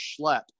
schlep